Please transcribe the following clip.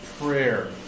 Prayer